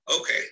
okay